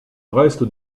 reste